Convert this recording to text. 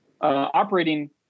operating